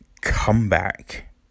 comeback